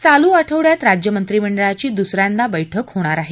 चालू आठवड्यात राज्य मंत्रिमंडळाची दुसऱ्यांदा बैठक होणार आहे